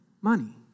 Money